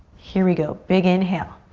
here we go, big inhale.